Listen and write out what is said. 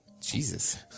Jesus